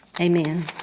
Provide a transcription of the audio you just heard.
Amen